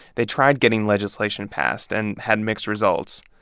they tried getting legislation passed and had mixed results.